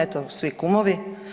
Eto svi kumovi.